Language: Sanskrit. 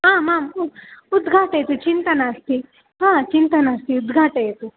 आम् आम् उ उद्घाटयतु चिन्ता नास्ति हा चिन्ता नास्ति उद्घाटयतु